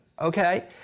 Okay